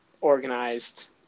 organized